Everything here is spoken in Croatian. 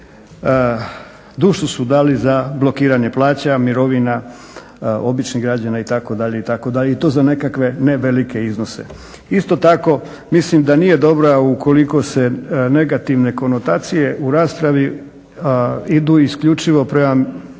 dušu su dali za blokiranje plaća, mirovina običnih građana itd., itd. i to za nekakve ne velike iznose. Isto tako mislim da nije dobro ukoliko se negativne konotacije u raspravi idu isključivo prema